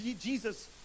Jesus